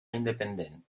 independent